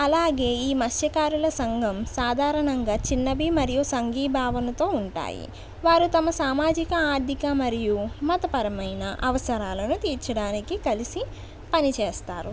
అలాగే ఈ మత్స్య కారుల సంఘం సాధారణంగా చిన్నవి మరియు సంఘీభావనతో ఉంటాయి వారు తమ సామాజిక ఆర్థిక మరియు మతపరమైన అవసరాలను తీర్చడానికి కలిసి పని చేస్తారు